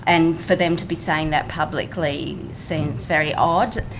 and for them to be saying that publicly seems very odd.